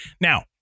Now